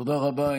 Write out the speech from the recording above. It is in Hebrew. תודה רבה.